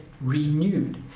renewed